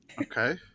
Okay